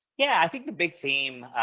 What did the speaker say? yeah, i think the big theme,